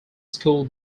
school